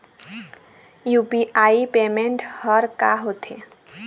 UPI payment हर का होते?